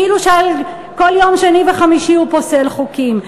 כאילו כל יום שני וחמישי הוא פוסל חוקים.